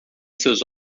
seus